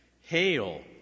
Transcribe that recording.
Hail